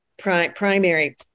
primary